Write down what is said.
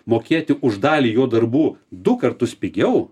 mokėti už dalį jo darbų du kartus pigiau